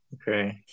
Okay